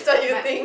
but